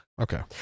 Okay